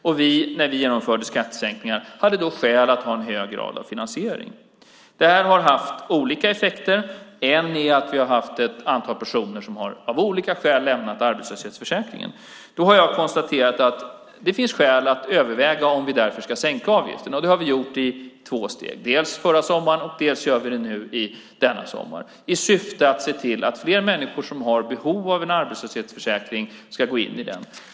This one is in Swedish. När vi då genomförde skattesänkningar hade vi skäl att ha en hög grad av finansiering. Det här har haft olika effekter. En är att ett antal personer av olika skäl har lämnat arbetslöshetsförsäkringen. Jag har konstaterat att det finns skäl att överväga om vi därför ska sänka avgiften, och det har vi gjort i två steg, dels förra sommaren, dels nu denna sommar. Syftet är att se till att fler människor som har behov av en arbetslöshetsförsäkring ska gå in i den.